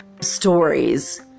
stories